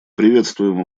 приветствуем